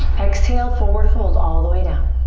exhale, forward fold all the way down.